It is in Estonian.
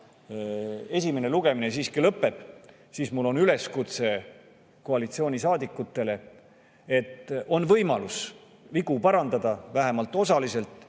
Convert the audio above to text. esimene lugemine siiski lõpeb, siis mul on üleskutse koalitsioonisaadikutele, et on võimalus vigu parandada, vähemalt osaliselt,